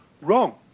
Wrong